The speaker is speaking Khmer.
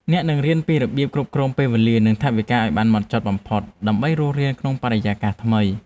អ្នកនឹងរៀនពីរបៀបគ្រប់គ្រងពេលវេលានិងថវិកាឱ្យបានហ្មត់ចត់បំផុតដើម្បីរស់រាននៅក្នុងបរិយាកាសថ្មី។